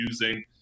using